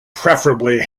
preferably